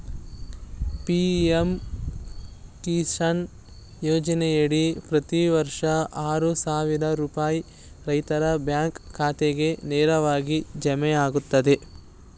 PM Kisan ಯೋಜನೆಯಡಿ ಪ್ರತಿ ವರ್ಷ ಆರು ಸಾವಿರ ರೂಪಾಯಿ ರೈತರ ಬ್ಯಾಂಕ್ ಖಾತೆಗೆ ನೇರವಾಗಿ ಜಮೆಯಾಗ್ತದೆ